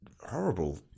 horrible